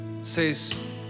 says